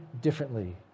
differently